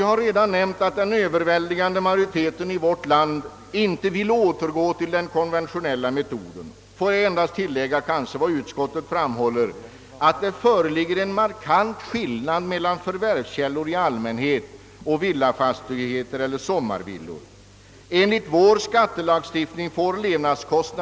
Jag har redan sagt att den överväldigande majoriteten i vårt land inte vill återgå till den konventionella metoden. Låt mig endast tillägga att det — som utskottet framhåller — föreligger en markant skillnad mellan förvärvskällor i allmänhet och sådana fastigheter som huvudsakligen förvärvats för att tillgodose det egna behovet av bostad eller, som fallet är med sommarvillor o. d., behovet av rekreation.